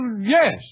yes